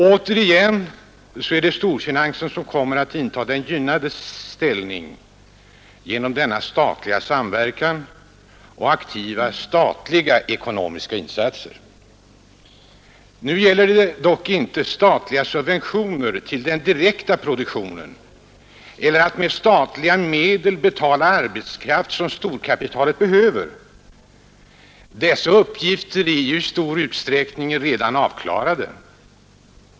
Återigen är det storfinansen som kommer att inta den gynnades ställning genom denna statliga samverkan och aktiva statliga ekonomiska insatser. Nu gäller det dock inte att lämna statliga subventioner till den direkta produktionen eller att med statliga medel betala arbetskraft som storkapitalet behöver. Dessa uppgifter är ju i stor utsträckning redan avklarade.